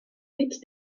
mit